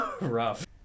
rough